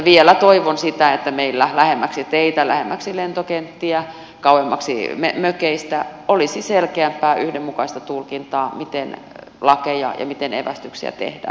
vielä toivon sitä että meillä lähemmäksi teitä lähemmäksi lentokenttiä kauemmaksi mökeistä olisi selkeämpää yhdenmukaista tulkintaa miten lakeja ja miten evästyksiä tehdään